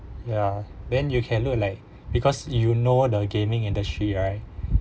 ya then you can look like because you know the gaming industry right